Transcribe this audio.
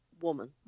woman